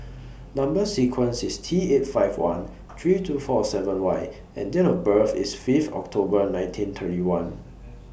Number sequence IS T eight five one three two four seven Y and Date of birth IS Fifth October nineteen thirty one